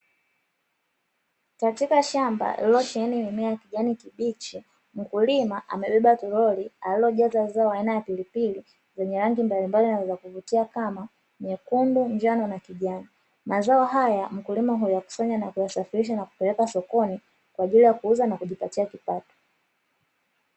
Katika shamba lililosheheni mimea ya kijani kibichi, mkulima amebeba toroli alilojaza zao aina ya pilipili, zenye rangi mbalimbali na za kuvutia kama nyekundu, njano na kijani. Mazao haya mkulima huyakusanya na kuyasafirisha kupeleka sokoni kwa ajili ya kuuza, na kujipatia kipato.